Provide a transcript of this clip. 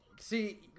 See